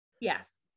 Yes